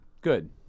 good